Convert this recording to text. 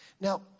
Now